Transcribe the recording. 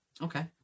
Okay